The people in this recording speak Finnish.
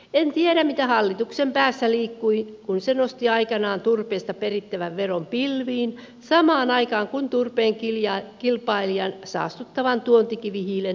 en tiedä mitä hallituksen päässä liikkui kun se nosti aikanaan turpeesta perittävän veron pilviin samaan aikaan kun turpeen kilpailijan saastuttavan tuontikivihiilen maailmanmarkkinahinta laski